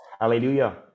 Hallelujah